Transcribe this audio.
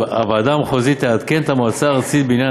והוועדה המחוזית תעדכן את המועצה הארצית בעניין